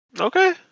Okay